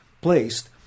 placed